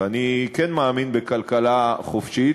ואני כן מאמין בכלכלה חופשית,